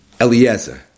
Eliezer